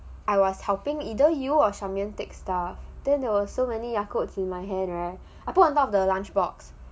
I was helping either you or charmaine take stuff then there were so many yakult in my hand right I put on top of the lunch box